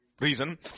Reason